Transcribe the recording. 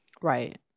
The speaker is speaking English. right